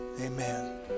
Amen